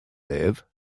live